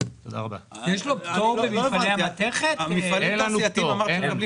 אני קורא לחברי רשות המיסים לבוא לשטח,